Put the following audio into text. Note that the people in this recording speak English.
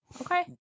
Okay